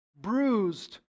bruised